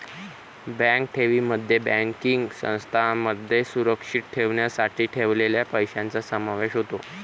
bank ठेवींमध्ये banking संस्थांमध्ये सुरक्षित ठेवण्यासाठी ठेवलेल्या पैशांचा समावेश होतो